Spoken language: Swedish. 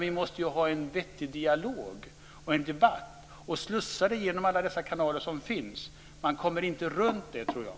Vi måste ha en vettig dialog och en debatt, och slussa dessa genom alla de kanaler som finns. Man kommer inte runt det, tror jag.